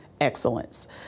excellence